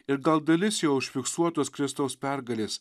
ir gal dalis jo užfiksuotos kristaus pergalės